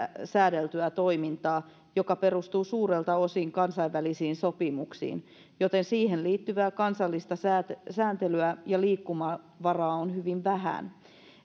säädeltyä toimintaa joka perustuu suurelta osin kansainvälisiin sopimuksiin joten siihen liittyvää kansallista sääntelyä sääntelyä ja liikkumavaraa on hyvin vähän